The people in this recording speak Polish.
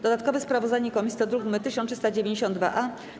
Dodatkowe sprawozdanie komisji to druk nr 1392-A.